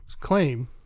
claim